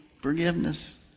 forgiveness